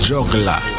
Juggler